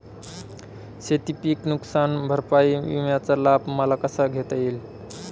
शेतीपीक नुकसान भरपाई विम्याचा लाभ मला कसा घेता येईल?